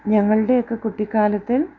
ഞങ്ങളുടെയൊക്കെ കുട്ടിക്കാലത്തിൽ